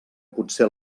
potser